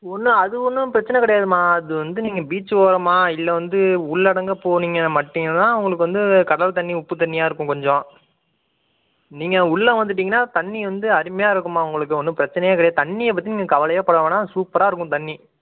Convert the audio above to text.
ஒன்றும் அது ஒன்றும் பிரச்சனை கிடையாதும்மா அது வந்து நீங்கள் பீச் ஓரமாக இல்லை வந்து உள்ளடங்க போனீங்க மட்டிங்கனா உங்களுக்கு வந்து கடல் தண்ணி உப்பு தண்ணியாக இருக்கும் கொஞ்சம் நீங்கள் உள்ளே வந்துட்டீங்கன்னா தண்ணி வந்து அருமையாக இருக்கும்மா உங்களுக்கு ஒன்றும் பிரச்சனை கிடையாது தண்ணியை பற்றி நீங்கள் கவலை பட வேணாம் சூப்பராக இருக்கும் தண்ணி